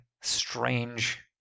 strange